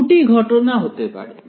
দুটি ঘটনা হতে পারে